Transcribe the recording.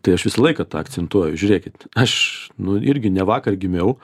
tai aš visą laiką tą akcentuoju žiūrėkit aš nu irgi ne vakar gimiau